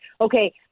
okay